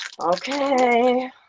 Okay